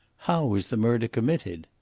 how was the murder committed?